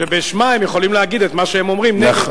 שבשמה הם יכולים להגיד את מה שהם אומרים נגד.